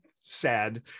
sad